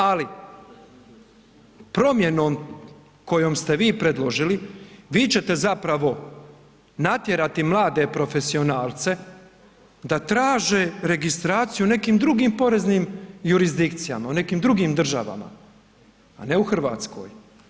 Ali promjenom kojom ste vi predložili vi ćete zapravo natjerati mlade profesionalce da traže registraciju u nekim drugim poreznim jurisdikcijama u nekim drugim državama, a ne u Hrvatskoj.